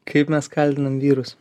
kaip mes kaldinam vyrus